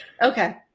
Okay